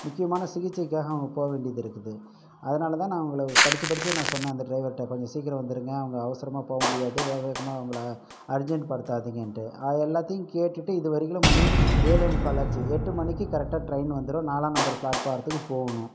முக்கியமான சிகிச்சைக்காக அவங்க போகவேண்டியது இருக்குது அதனால் தான் நான் அவங்களை படித்து படித்து நான் சொன்னேன் அந்த ட்ரைவர்க்இட்ட கொஞ்சம் சீக்கிரம் வந்துருங்க அவங்க அவசரமாக போகமுடியாது வேக வேகமாக அவங்களை அர்ஜன்ட்படுத்தாதீங்கன்ட்டு அது எல்லாத்தையும் கேட்டுட்டு இது வரையிலும் மணி ஏழேமுக்கால் ஆச்சு எட்டு மணிக்கு கரக்ட்டாக ட்ரெயின் வந்துடும் நாலாம் நம்பர் பிளாட்பாரத்துக்கு போகணும்